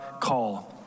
call